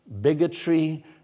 bigotry